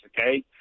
okay